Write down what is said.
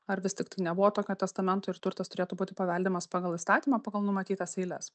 ar vis tiktai nebuvo tokio testamento ir turtas turėtų būti paveldimas pagal įstatymą pagal numatytas eiles